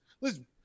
Listen